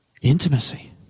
intimacy